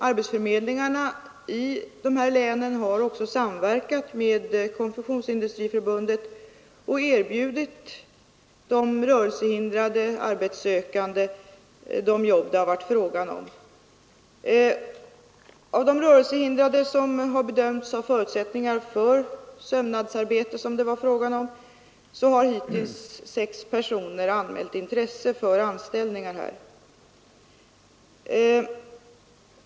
Arbetsförmedlingarna i dessa län har också samverkat med Konfektionsindustriförbundet och erbjudit de rörelsehindrade arbetssökandena de jobb det varit fråga om. Av de rörelsehindrade som bedömts ha förutsättningar för sömnadsarbete, har hittills sex personer anmält intresse för anställningar.